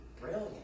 brilliant